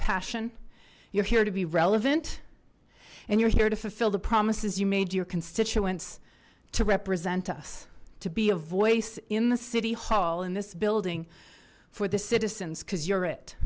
passion you're here to be relevant and you're here to fulfill the promises you made your constituents to represent us to be a voice in the city hall in this building for the citizens cuz you're it